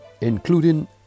including